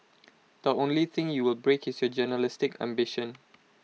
the only thing you will break is your journalistic ambition